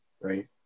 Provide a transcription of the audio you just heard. right